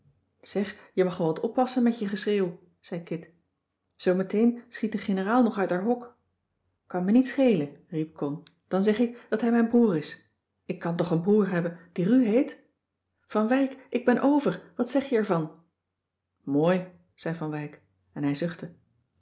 zeg je mag wel wat oppassen met je geschreeuw zei kit zoo meteen schiet de generaal nog uit haar hok kan me niet schelen riep con dan zeg ik dat hij mijn broer is ik kan toch een broer hebben die ru heet van wijk ik ben over wat zeg je ervan mooi zei van wijk en hij zuchtte